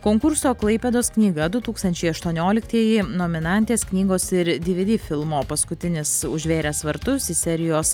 konkurso klaipėdos knyga du tūkstančiai aštuonioliktieji nominantės knygos ir dvd filmo paskutinis užvėręs vartus iš serijos